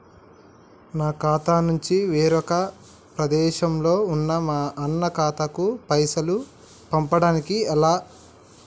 నా ఖాతా నుంచి వేరొక ప్రదేశంలో ఉన్న మా అన్న ఖాతాకు పైసలు పంపడానికి ఎలా?